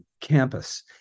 campus